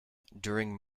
during